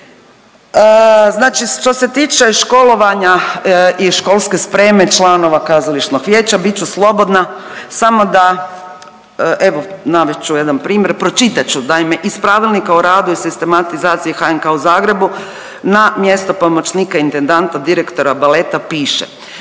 Znači što se tiče školovanja i školske spreme članova kazališnog vijeća bit ću slobodna samo da evo navest ću jedan primjer, pročitat ću naime iz Pravilnika o radu i sistematizacije HNK u Zagrebu na mjesto pomoćnika intendanta direktora baleta piše,